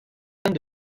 dame